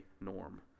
norm